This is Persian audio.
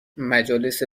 مجالس